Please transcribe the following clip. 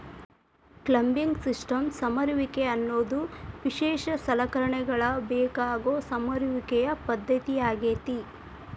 climbing systems ಸಮರುವಿಕೆ ಅನ್ನೋದು ವಿಶೇಷ ಸಲಕರಣೆಗಳ ಬೇಕಾಗೋ ಸಮರುವಿಕೆಯ ಪದ್ದತಿಯಾಗೇತಿ